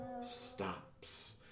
stops